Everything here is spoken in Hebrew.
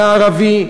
היה ערבי.